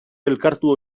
elkartu